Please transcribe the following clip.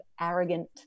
arrogant